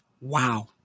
wow